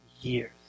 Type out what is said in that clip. years